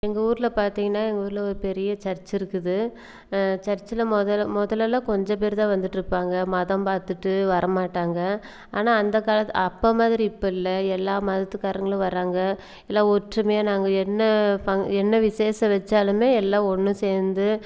எங்கள் ஊரில் பார்த்தீங்கன்னா எங்கள் ஊரில் ஒரு பெரிய சர்ச் இருக்குது சர்ச்சில் முதல் முதல்லேலாம் கொஞ்சம் பேர் தான் வந்துகிட்டு இருப்பாங்க மதம் பார்த்துட்டு வர மாட்டாங்க ஆனால் அந்த காலத் அப்போ மாதிரி இப்போ இல்லை எல்லா மதத்துக்காரங்களும் வராங்க எல்லாம் ஒற்றுமையாக நாங்கள் என்ன ஃப என்ன விசேஷம் வைச்சாலுமே எல்லாம் ஒன்று சேர்ந்து